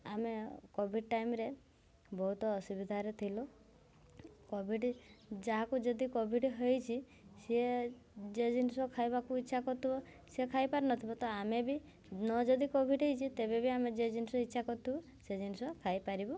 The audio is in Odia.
ଆମେ କୋଭିଡ଼ ଟାଇମ ରେ ବହୁତ ଅସୁବିଧାରେ ଥିଲୁ କୋଭିଡ଼ ଯାହାକୁ ଯଦି କୋଭିଡ଼୍ ହେଇଛି ସିଏ ଯେ ଜିନିଷ ଖାଇବାକୁ ଇଛା କରୁଥିବ ସିଏ ଖାଇ ପାରୁନଥିବ ତ ଆମେ ବି ନଯଦି କୋଭିଡ଼୍ ହେଇଛି ତେବେବି ଆମେ ଯେ ଜିନିଷ ଇଛା କରିଥିବୁ ସେ ଜିନିଷ ଖାଇ ପାରିବୁ